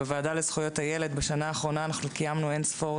בוועדה לזכויות הילד בשנה האחרונה קיימנו אין-ספור